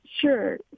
Sure